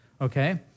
okay